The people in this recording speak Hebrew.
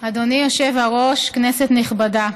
היושב-ראש, כנסת נכבדה,